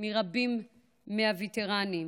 מרבים מהווטרנים.